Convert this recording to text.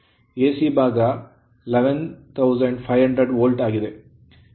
AC ಭಾಗ 11500 volt ಆಗಿದೆ